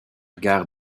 gare